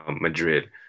Madrid